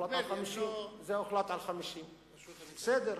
הוחלט על 50. בסדר,